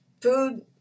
food